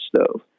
stove